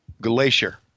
Glacier